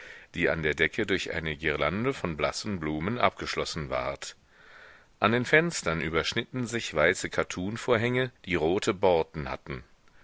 die an der decke durch eine girlande von blassen blumen abgeschlossen ward an den fenstern überschnitten sich weiße kattunvorhänge die rote borten hatten